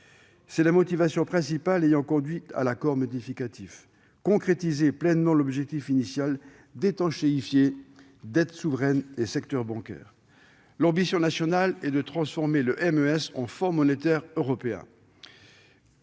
C'est la motivation principale ayant conduit à l'accord modificatif : concrétiser pleinement l'objectif initial de rendre étanches les dettes souveraines et le secteur bancaire. L'ambition initiale était de transformer le MES en un fonds monétaire européen.